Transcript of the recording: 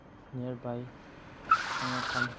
nearby ꯁꯥꯟꯅꯐꯝ